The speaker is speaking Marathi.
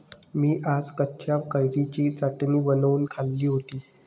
मी आज कच्च्या कैरीची चटणी बनवून खाल्ली होती